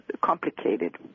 complicated